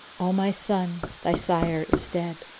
o my son, thy sire is dead.